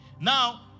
Now